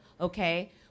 okay